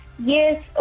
Yes